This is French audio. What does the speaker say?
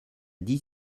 dix